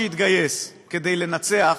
שהתגייס כדי לנצח,